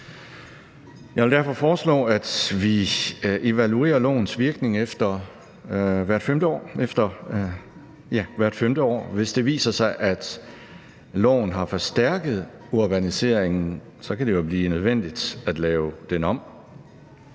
Jeg vil derfor foreslå, at vi evaluerer lovens virkning efter hvert femte år, og hvis det viser sig, at loven har forstærket urbaniseringen, kan det jo blive nødvendigt at lave den om.